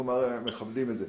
אנחנו מכבדים את זה.